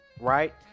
right